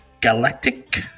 Galactic